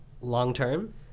long-term